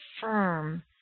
firm